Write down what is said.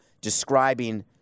describing